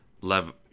level